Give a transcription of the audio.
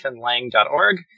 lang.org